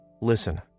listen